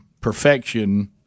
perfection